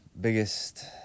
biggest